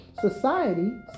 Society